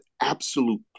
absolute